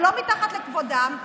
זה לא מתחת לכבודם.